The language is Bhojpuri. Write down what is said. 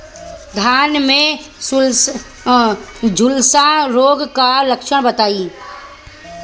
धान में झुलसा रोग क लक्षण बताई?